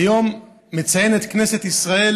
היום מציינת כנסת ישראל